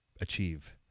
achieve